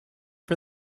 for